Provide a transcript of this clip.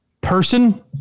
Person